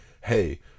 hey